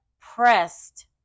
pressed